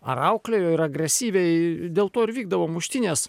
ar auklėjo ir agresyviai dėl to ir vykdavo muštynės